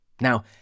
Now